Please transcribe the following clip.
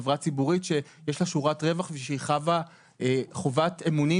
חברה ציבורית שיש לה שורת רווח ושהיא חבה חובת אמונים